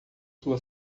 sua